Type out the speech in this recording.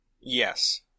Yes